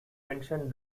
mentioned